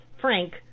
Frank